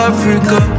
Africa